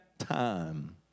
time